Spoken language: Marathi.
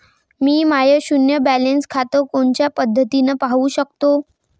मी माय शुन्य बॅलन्स खातं कोनच्या पद्धतीनं पाहू शकतो?